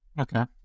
Okay